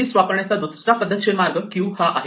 list वापरण्याचा दुसरा पद्धतशीर मार्ग क्यू हा आहे